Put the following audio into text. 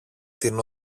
την